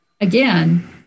Again